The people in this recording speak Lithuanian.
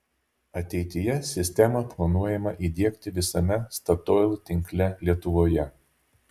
ateityje sistemą planuojama įdiegti visame statoil tinkle lietuvoje